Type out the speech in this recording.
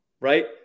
right